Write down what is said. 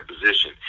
position